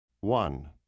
One